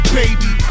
baby